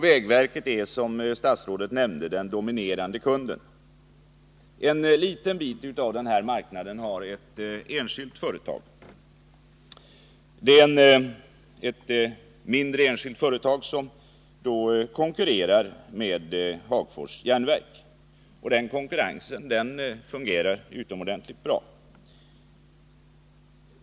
Vägverket är, som statsrådet nämnde, den dominerande kunden. En liten del av denna marknad har ett mindre enskilt företag, som konkurrerar med Hagfors Järnverk. Den konkurrensen fungerar utomordentligt bra.